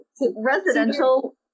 Residential